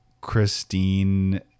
Christine